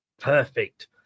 Perfect